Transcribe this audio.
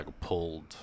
pulled